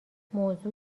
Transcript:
موضوع